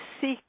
seek